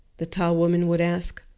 the tall woman would ask,